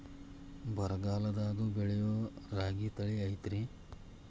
ಬರಗಾಲದಾಗೂ ಬೆಳಿಯೋ ರಾಗಿ ತಳಿ ಐತ್ರಿ?